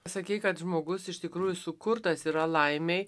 sakei kad žmogus iš tikrųjų sukurtas yra laimei